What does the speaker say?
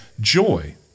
joy